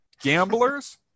Gamblers